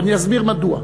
ואני אסביר מדוע.